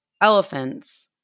elephants